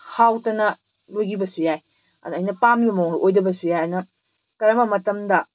ꯍꯥꯎꯇꯅ ꯂꯣꯏꯈꯤꯕꯁꯨ ꯌꯥꯏ ꯑꯗꯨꯅ ꯑꯩꯅ ꯄꯥꯝꯃꯤ ꯃꯑꯣꯡꯗꯣ ꯑꯣꯏꯗꯕꯁꯨ ꯌꯥꯏ ꯑꯗꯨꯅ ꯀꯔꯝꯕ ꯃꯇꯝꯗ